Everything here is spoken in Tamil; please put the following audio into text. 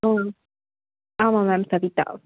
ம் ஆமாம் மேம் சபிதா